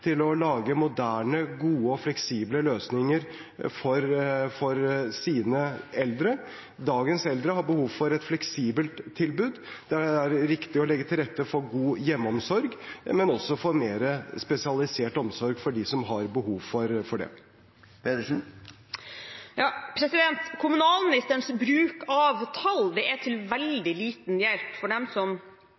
til å lage moderne, gode og fleksible løsninger for sine eldre. Dagens eldre har behov for et fleksibelt tilbud. Det er riktig å legge til rette for god hjemmeomsorg, men også for mer spesialisert omsorg for dem som har behov for det. Kommunalministerens bruk av tall er til veldig liten hjelp for dem som